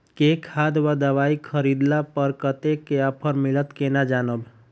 केँ खाद वा दवाई खरीदला पर कतेक केँ ऑफर मिलत केना जानब?